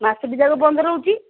ମାସ ଦୁଇଟା ଯାକ ବନ୍ଦ ରହୁଛି